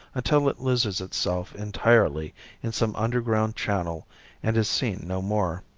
until it loses itself entirely in some underground channel and is seen no more.